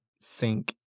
sink